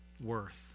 worth